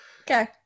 Okay